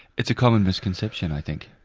it's a common misconception, i think.